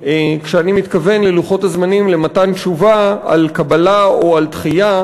כשאני מתכוון ללוחות הזמנים למתן תשובה על קבלה או על דחייה